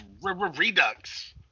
redux